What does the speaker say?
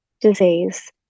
disease